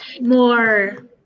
more